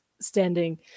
standing